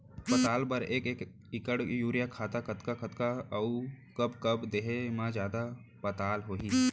पताल बर एक एकड़ म यूरिया खातू कतका कतका अऊ कब कब देहे म जादा पताल होही?